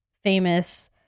famous